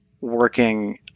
working